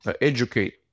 educate